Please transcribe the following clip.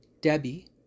Debbie